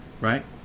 right